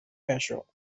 patio